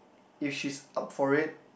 if she's up for it